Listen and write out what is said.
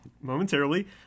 momentarily